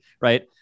right